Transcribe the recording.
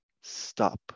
stop